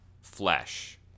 flesh